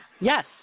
Yes